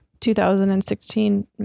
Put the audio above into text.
2016